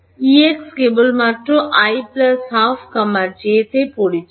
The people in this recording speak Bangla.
প্রাক্তনটি কেবলমাত্র i 12 j তে পরিচিত